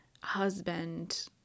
husband